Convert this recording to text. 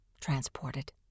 transported